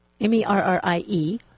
M-E-R-R-I-E